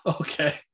Okay